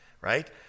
right